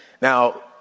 Now